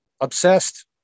obsessed